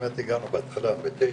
באמת הגענו בהתחלה ב-09:00.